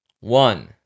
One